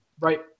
Right